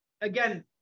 Again